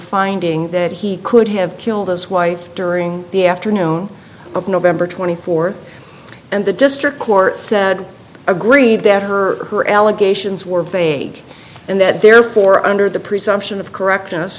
finding that he could have killed as white during the afternoon of november twenty fourth and the district court said agreed that her her allegations were vague and that therefore under the presumption of correct